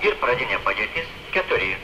ir pradinė padėtis keturi